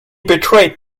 betrayed